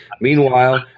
Meanwhile